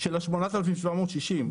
של ה-8,760,